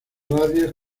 radios